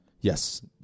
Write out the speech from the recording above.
Yes